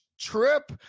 trip